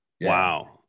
Wow